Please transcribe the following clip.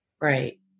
Right